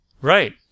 Right